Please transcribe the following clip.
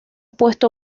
puesto